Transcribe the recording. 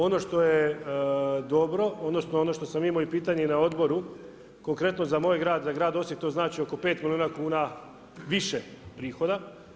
Ono što je dobro, odnosno ono što sam imao i pitanje i na odboru, konkretno za moj grad, za grad Osijek to znači oko 5 milijuna kuna više prihoda.